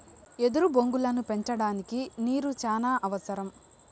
ఎదురు బొంగులను పెంచడానికి నీరు చానా అవసరం